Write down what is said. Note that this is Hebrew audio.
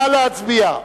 נא להצביע.